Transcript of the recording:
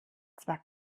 zwar